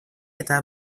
eta